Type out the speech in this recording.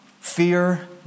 fear